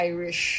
Irish